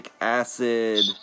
acid